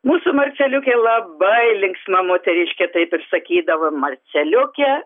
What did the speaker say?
mūsų marceliukė labai linksma moteriškė taip ir sakydavom marceliukė